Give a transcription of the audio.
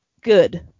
good